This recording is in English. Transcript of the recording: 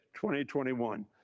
2021